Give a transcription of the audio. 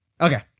Okay